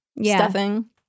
Stuffing